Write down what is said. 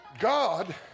God